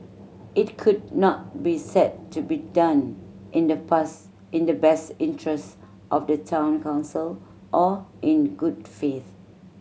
it could not be said to be done in the past in the best interest of the Town Council or in good faith